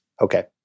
Okay